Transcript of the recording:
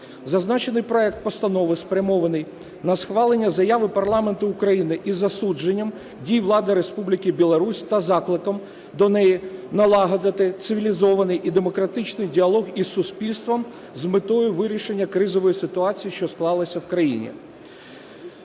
Зазначений проект Постанови спрямований на схвалення Заяви парламенту України із засудженням дій влади Республіки Білорусь та закликом до неї налагодити цивілізований і демократичний діалог із суспільством з метою вирішення кризової ситуації, що склалася в країні.